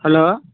hello